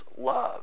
love